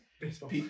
baseball